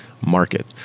market